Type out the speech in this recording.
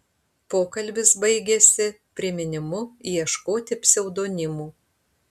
pokalbis baigėsi priminimu ieškoti pseudonimų